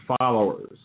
followers